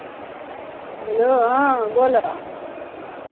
hello हँ बोलह